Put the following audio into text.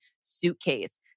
suitcase